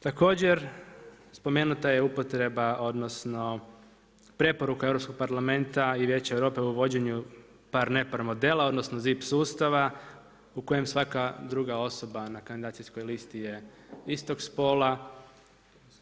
Također, spomenuta je upotreba odnosno preporuka Europskog parlamenta i Vijeća Europe u vođenju par-nepar modela odnosno „zip sustava“ u kojem svaka druga osoba na kandidacijskoj listi je istog spola,